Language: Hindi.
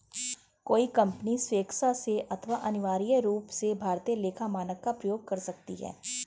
कोई कंपनी स्वेक्षा से अथवा अनिवार्य रूप से भारतीय लेखा मानक का प्रयोग कर सकती है